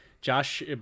Josh